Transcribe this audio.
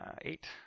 Eight